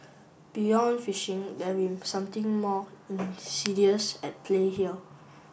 beyond phishing there been something more insidious at play here